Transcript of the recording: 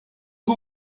who